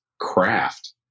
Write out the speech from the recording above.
craft